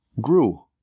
grew